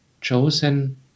chosen